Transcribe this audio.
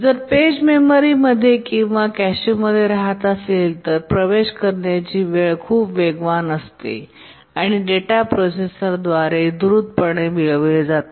जर पेज मेमरीमध्ये किंवा कॅशेमध्ये रहात असेल तर प्रवेश करण्याची वेळ खूप वेगवान असते आणि डेटा प्रोसेसरद्वारे द्रुतपणे मिळविला जातो